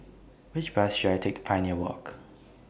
Which Bus should I Take Pioneer Walk